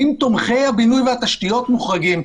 אם תומכי הבינוי והתשתיות מוחרגים,